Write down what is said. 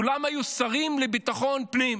כולם היו שרים לביטחון פנים.